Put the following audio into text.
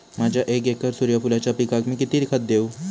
माझ्या एक एकर सूर्यफुलाच्या पिकाक मी किती खत देवू?